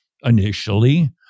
initially